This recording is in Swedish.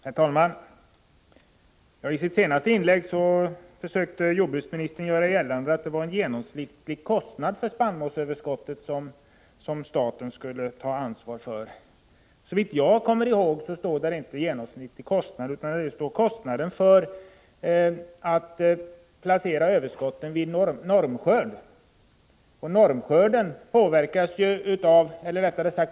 Herr talman! I sitt senaste inlägg försökte jordbruksministern göra gällande att det var en genomsnittlig kostnad för sparinmålsöverskottet som staten skulle ta ansvar för. Såvitt jag kommer ihåg står det inte genomsnittlig kostnad, utan det står kostnaden för att placera överskotten vid normskörd.